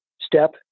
Step